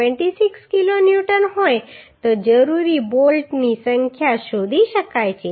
26 કિલોન્યૂટન હોય તો જરૂરી બોલ્ટની સંખ્યા શોધી શકાય છે